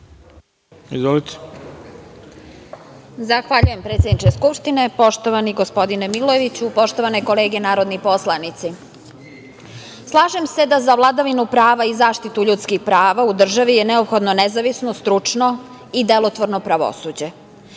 SNS** Zahvaljujem predsedniče Skupštine. Poštovani gospodine Milojeviću, poštovane kolege narodni poslanici, slažem se da za vladavinu prava i zaštitu ljudskih prava u državi je neophodno nezavisno, stručno i delotvorno pravosuđe. Građani